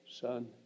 Son